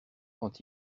quand